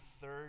third